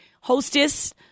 hostess